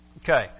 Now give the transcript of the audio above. Okay